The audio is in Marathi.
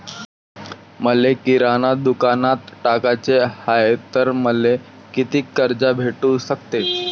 मले किराणा दुकानात टाकाचे हाय तर मले कितीक कर्ज भेटू सकते?